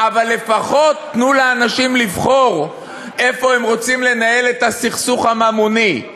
אבל לפחות תנו לאנשים לבחור איפה הם רוצים לנהל את הסכסוך הממוני.